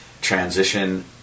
transition